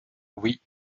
oui